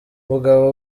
mugabo